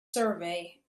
survey